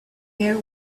air